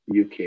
UK